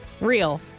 Real